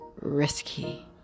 risky